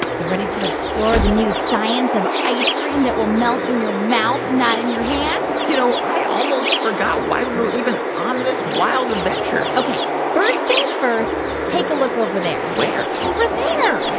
you ready to explore the new science of ice cream that will melt in your mouth, not in your hand? you know, i almost forgot why we were even on this wild adventure ok. first things first, take a look over there where? over there well,